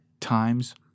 times